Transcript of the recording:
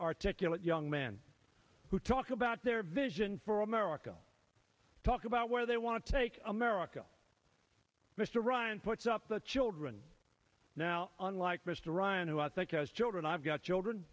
articulate young men who talk about their vision for america talk about where they want to take america mr ryan puts up the children now unlike mr ryan who i think has children i've got children